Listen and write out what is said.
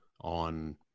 on